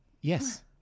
Yes